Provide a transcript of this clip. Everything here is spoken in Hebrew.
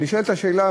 ונשאלת השאלה,